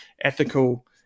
ethical